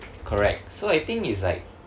correct so I think it's like